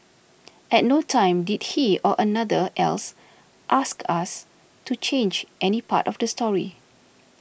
at no time did he or anyone else ask us to change any part of the story